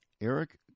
Eric